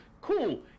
Cool